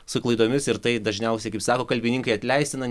su klaidomis ir tai dažniausiai kaip sako kalbininkai atleistina